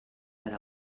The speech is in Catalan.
per